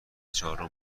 چهارمیم